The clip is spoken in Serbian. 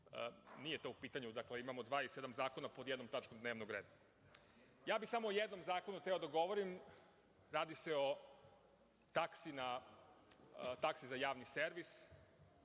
nije to u pitanju. Imamo 27 zakona pod jednom tačkom dnevnog reda. Ja bih samo o jednom zakonu hteo da govorim. Radi se o taksi za Javni servis,